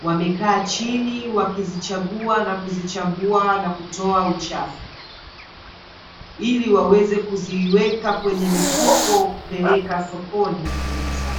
wamekaa chini wakizichagua na kuzichambua na kutoa uchafu, ili waweze kuziweka kwenye mifuko kupeleka sokoni kuuza.